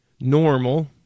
normal